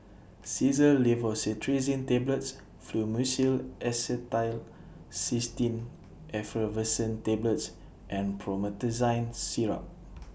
Xyzal Levocetirizine Tablets Fluimucil Acetylcysteine Effervescent Tablets and Promethazine Syrup